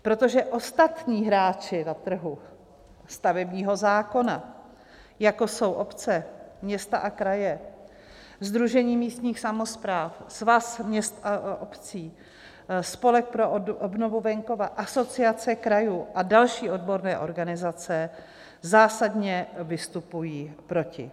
Protože ostatní hráči na trhu stavebního zákona, jako jsou města, obce a kraje, Sdružení místních samospráv, Svaz měst a obcí, Spolek pro obnovu venkova, Asociace krajů a další odborné organizace, zásadně vystupují proti.